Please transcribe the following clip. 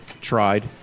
tried